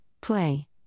Play